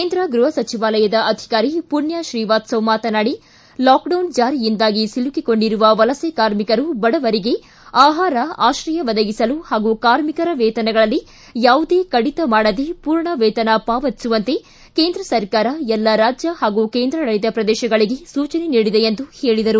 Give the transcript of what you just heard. ಕೇಂದ್ರ ಗೃಪ ಸಚಿವಾಲಯದ ಅಧಿಕಾರಿ ಮಣ್ಯ ಶ್ರೀವಾಸ್ತವ ಮಾತನಾಡಿ ಲಾಕ್ಡೌನ್ ಜಾರಿಯಿಂದಾಗಿ ಸಿಲುಕಿಕೊಂಡಿರುವ ವಲಸೆ ಕಾರ್ಮಿಕರು ಬಡವರಿಗೆ ಆಹಾರ ಆತ್ರಯ ಒದಗಿಸಲು ಹಾಗೂ ಕಾರ್ಮಿಕರ ವೇತನಗಳಲ್ಲಿ ಯಾವುದೇ ಕಡಿತ ಮಾಡದೇ ಪೂರ್ಣ ವೇತನ ಪಾವತಿಸುವಂತೆ ಕೇಂದ್ರ ಸರ್ಕಾರ ಎಲ್ಲ ರಾಜ್ಯ ಹಾಗೂ ಕೇಂದ್ರಾಡಳಿತ ಪ್ರದೇಶಗಳಿಗೆ ಸೂಚನೆ ನೀಡಿದೆ ಎಂದು ಹೇಳಿದರು